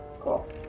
Cool